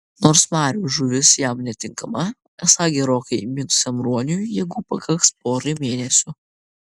nors marių žuvis jam netinkama esą gerokai įmitusiam ruoniui jėgų pakaks porai mėnesių